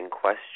question